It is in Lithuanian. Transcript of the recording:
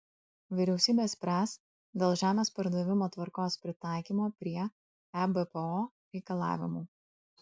vyriausybė spręs dėl žemės pardavimo tvarkos pritaikymo prie ebpo reikalavimų